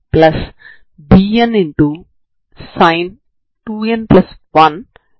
కాబట్టి 0 నుండి 0 వరకు d ఉంటుంది